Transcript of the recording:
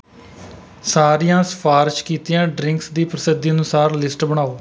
ਸਾਰੀਆਂ ਸਿਫ਼ਾਰਸ਼ ਕੀਤੀਆਂ ਡ੍ਰਿੰਕਸ ਦੀ ਪ੍ਰਸਿੱਧੀ ਅਨੁਸਾਰ ਲਿਸਟ ਬਣਾਓ